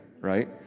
right